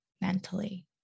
mentally